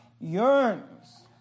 yearns